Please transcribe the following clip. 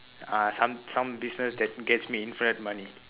uh some some business that gets me infinite money